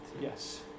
yes